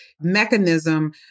mechanism